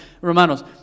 Romanos